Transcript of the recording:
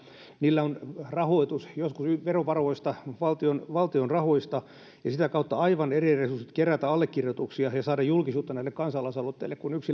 niillä on rahoitus joskus verovaroista valtion valtion rahoista ja sitä kautta aivan eri resurssit kerätä allekirjoituksia ja saada julkisuutta näille kansalaisaloitteille kuin